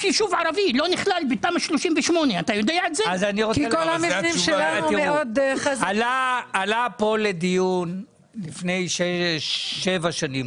נכלל בתמ"א 38. עלה פה לדיון לפני שש או